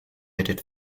edit